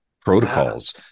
protocols